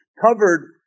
covered